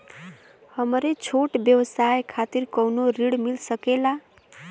हमरे छोट व्यवसाय खातिर कौनो ऋण मिल सकेला?